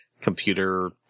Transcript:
computer